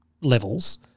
levels